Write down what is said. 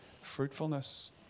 fruitfulness